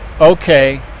Okay